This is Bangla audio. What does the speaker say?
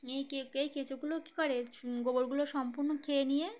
এই কে এই কেঁচুগুলো কী করে গোবরগুলো সম্পূর্ণ খেয়ে নিয়ে